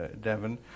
Devon